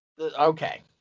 Okay